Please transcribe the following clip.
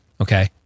Okay